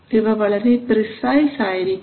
ഇവ വളരെ പ്രിസൈസ് ആയിരിക്കണം